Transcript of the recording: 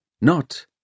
Not